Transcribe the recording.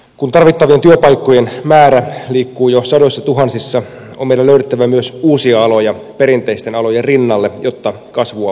kun tarvittavien työpaikkojen määrä liikkuu jo sadoissatuhansissa on meidän löydettävä myös uusia aloja perinteisten alojen rinnalle jotta kasvua voi syntyä